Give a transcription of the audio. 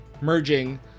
merging